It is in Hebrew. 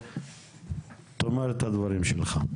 ותאמר את הדברים שלך.